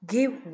Give